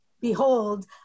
behold